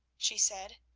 she said.